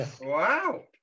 Wow